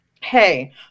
Hey